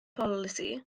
polisi